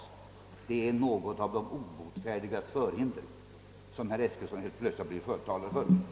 Det är något av de obotfärdigas förhinder som herr Eskilsson här plötsligt gjort sig till förespråkare för.